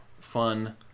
fun